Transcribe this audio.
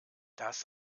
das